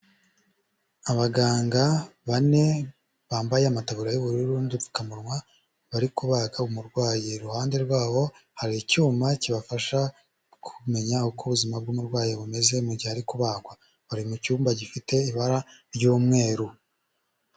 Abaganga bane bambaye amataburiya y'ubururu n'udupfukamunwa bari kubaga umurwayi, iruhande rwabo hari icyuma kibafasha kumenya uko ubuzima bw'umurwayi bumeze mu gihe ari kubagwa, bari mu cyumba gifite ibara ry'umweru.